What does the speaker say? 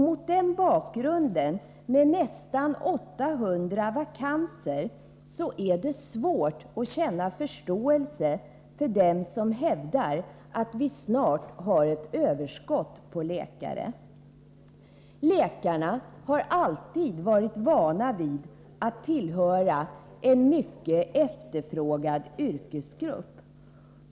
Mot den bakgrunden, med nästan 800 vakanser, är det svårt att känna förståelse för dem som hävdar att vi snart har ett överskott på läkare. Läkarna har alltid varit vana vid att tillhöra en mycket efterfrågad yrkesgrupp.